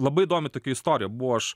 labai įdomi tokia istorija buvo aš